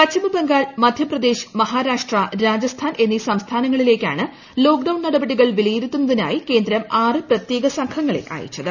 പശ്ചിമബംഗാൾ മധ്യപ്രദേശ് മഹാരാഷ്ട്ര രാജസ്ഥാൻ എന്നീ സംസ്ഥാനങ്ങളിലേക്കാണ് ് ലോക്ക്ഡൌൺ നടപടികൾ വിലയിരുത്തുന്നതിനായി കേന്ദ്രം ആറ് പ്രത്യേക്കു സംഘങ്ങളെ അയച്ചത്